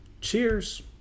Cheers